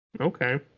Okay